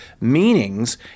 meanings